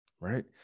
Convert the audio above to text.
right